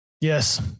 Yes